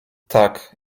tak